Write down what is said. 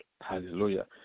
Hallelujah